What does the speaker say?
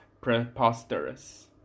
preposterous